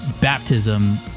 baptism